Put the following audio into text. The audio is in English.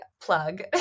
plug